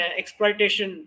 exploitation